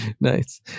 Nice